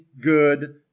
good